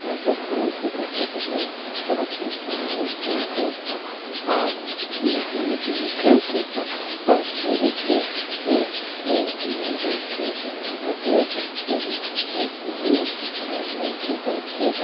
ᱢᱟᱪᱮᱫ ᱞᱟᱹᱭ ᱥᱚᱫᱚᱨ ᱠᱟᱛᱮᱫ ᱤᱧ ᱟᱹᱰᱤ ᱠᱩᱥᱤᱧ ᱟᱹᱭᱠᱟᱹᱣ ᱠᱮᱫᱟ ᱟᱨ ᱡᱟᱦᱟᱸ ᱞᱮᱠᱟᱧ ᱟᱹᱭᱠᱟᱹᱣ ᱠᱮᱫᱟ ᱟᱨ ᱥᱟᱹᱨᱤᱜᱮ ᱟᱹᱭᱠᱟᱹᱣ ᱵᱮᱱᱟᱣ ᱠᱟᱛᱮᱫ ᱦᱮᱰᱢᱟᱥᱴᱚᱨ ᱤᱱᱟᱹᱜ ᱥᱟᱯᱟᱭ ᱞᱟᱹᱭ ᱠᱮᱫᱟᱭ ᱠᱤ